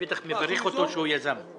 מברך אותו על כך שהוא יזם את היום.